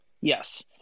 Yes